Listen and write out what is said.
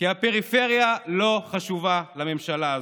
כי הפריפריה לא חשובה לממשלה הזאת,